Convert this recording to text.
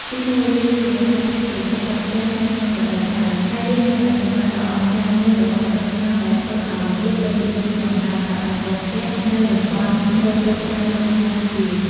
ទីមួយ វា ជួយរក្សាភាពត្រជាក់ ដល់ផ្ទះនៅក្នុងរដូវក្ដៅ ហើយវាលក្ខណៈសម្បត្តិដ៏អស្ចារ្យមួយរបស់ស្លឹកត្នោតដែលធ្វើឲ្យវាពេញនិយមក្នុងការប្រក់ដំបូលផ្ទះនៅតំបន់ត្រូពិចក្តៅដូចកម្ពុជា។